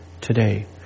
Today